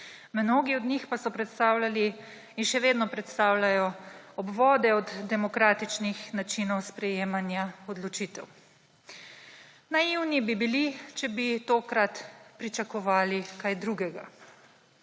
mnogi od njih pa so predstavljali in še vedno predstavljajo obvode od demokratičnih načinov sprejemanja odločitev. Naivni bi bili, če bi tokrat pričakovali kaj drugega.